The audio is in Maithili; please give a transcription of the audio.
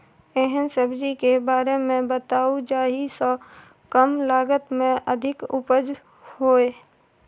एहन सब्जी के बारे मे बताऊ जाहि सॅ कम लागत मे अधिक उपज होय?